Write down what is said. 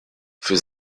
für